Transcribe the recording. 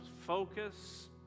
focus